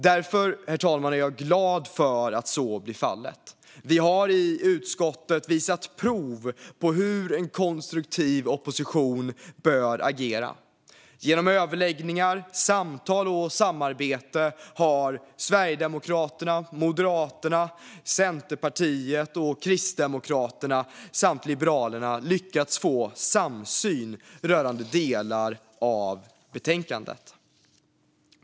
Därför, herr talman, är jag glad för att så blir fallet. Vi har i utskottet visat prov på hur en konstruktiv opposition bör agera. Genom överläggningar, samtal och samarbete har Sverigedemokraterna, Moderaterna, Centerpartiet och Kristdemokraterna samt Liberalerna lyckats få samsyn rörande delar av betänkandet.